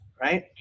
right